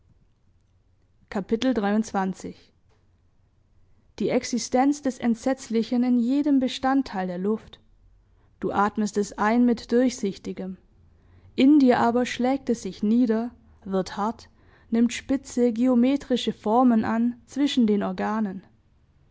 die existenz des entsetzlichen in jedem bestandteil der luft du atmest es ein mit durchsichtigem in dir aber schlägt es sich nieder wird hart nimmt spitze geometrische formen an zwischen den organen